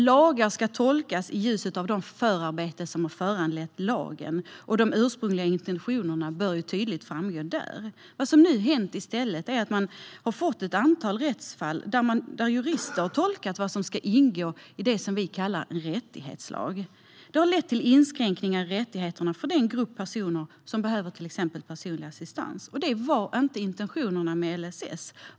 Lagar ska tolkas i ljuset av det förarbete som har föranlett dem, och de ursprungliga intentionerna bör tydligt framgå där. Vad som nu i stället hänt är att man har fått ett antal rättsfall där jurister har tolkat vad som ska ingå i det som vi kallar rättighetslag. Det har lett till inskränkningar i rättigheterna för den grupp personer som behöver till exempel personlig assistans, vilket inte var intentionen med LSS.